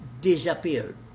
disappeared